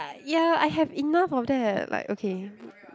ya I have enough of that like okay